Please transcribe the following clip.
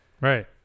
Right